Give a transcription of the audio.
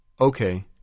Okay